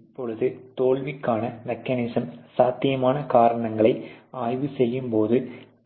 இப்போது தோல்விக்கான மெக்கானிசம் சாத்தியமான காரணங்களை ஆய்வு செய்யும் போது